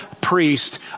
priest